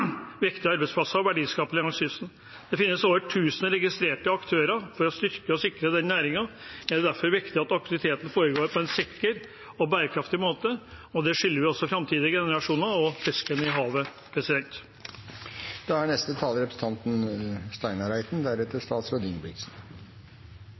viktige arbeidsplasser og verdiskaping langs kysten. Det finnes over 1 000 registrerte aktører for å styrke og sikre den næringen. Det er derfor viktig at aktiviteten foregår på en sikker og bærekraftig måte. Det skylder vi også framtidige generasjoner og fisken i havet.